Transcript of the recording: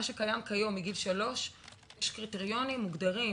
מה שקיים כיום מגיל שלוש, יש קריטריונים מוגדרים